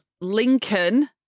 Lincoln